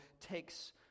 takes